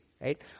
right